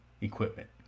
equipment